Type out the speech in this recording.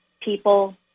people